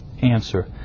Answer